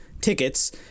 tickets